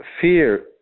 Fear